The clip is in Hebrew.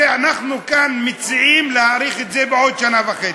אנחנו כאן מציעים להאריך את זה בעוד שנה וחצי.